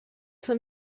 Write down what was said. for